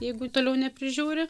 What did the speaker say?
jeigu toliau neprižiūri